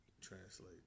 translate